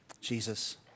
Jesus